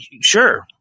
Sure